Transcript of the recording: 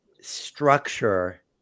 structure